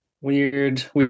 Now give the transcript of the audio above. weird